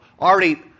already